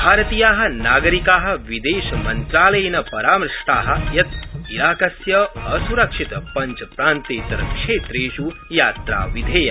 भारतीया नागरिका विदेशमन्त्रालयेन परामृष्टा यत् इराकस्य असुरक्षितपञ्चप्रान्तेतरक्षेत्रेषु यात्रा विधेया